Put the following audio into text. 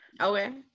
Okay